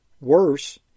Worse